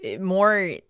more